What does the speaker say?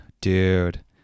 Dude